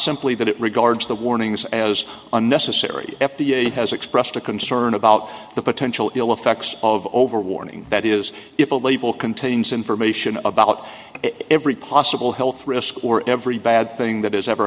simply that it regards the warnings as unnecessary f d a has expressed a concern about the potential ill effects of over warning that is if a label contains information about every possible health risk or every bad thing that has ever